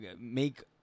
make